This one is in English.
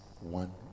one